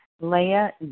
Leah